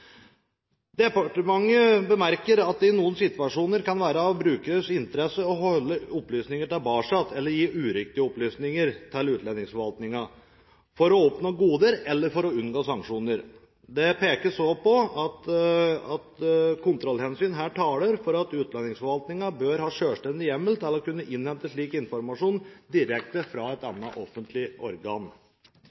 Departementet bemerker at det i noen situasjoner kan være i brukerens interesse å holde opplysninger tilbake eller gi uriktige opplysninger til utlendingsforvaltningen for å oppnå goder eller for å unngå sanksjoner. Det pekes også på at kontrollhensyn taler for at utlendingsforvaltningen bør ha selvstendig hjemmel til å innhente slik informasjon direkte fra et annet offentlig organ.